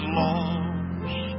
lost